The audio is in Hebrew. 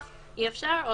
--- אי אפשר או